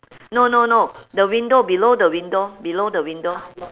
no no no the window below the window below the window